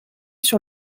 sur